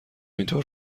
اینطور